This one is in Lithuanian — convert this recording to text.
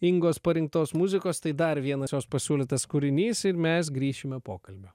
ingos parinktos muzikos tai dar vienas jos pasiūlytas kūrinys ir mes grįšime pokalbio